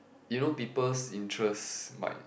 you know people's interest might